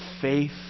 faith